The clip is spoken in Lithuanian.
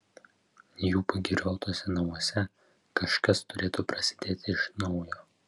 jų pagiriotuose namuose kažkas turėtų prasidėti iš naujo